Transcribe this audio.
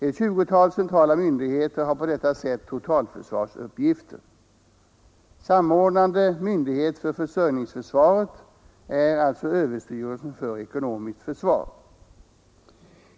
Ett tjugotal centrala myndigheter har på detta sätt totalförsvarsuppgifter. Samordnande myndighet för försörjningsförsvaret är alltså överstyrelsen för ekonomiskt försvar.